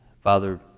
Father